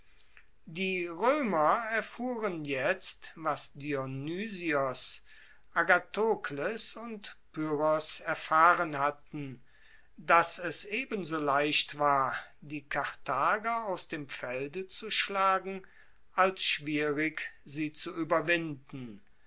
die roemer erfuhren jetzt was dionysios agathokles und pyrrhos erfahren hatten dass es ebenso leicht war die karthager aus dem felde zu schlagen als schwierig sie zu ueberwinden